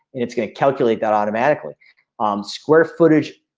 and it's gonna calculate that automatically um square footage.